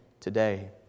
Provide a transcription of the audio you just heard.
Today